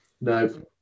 No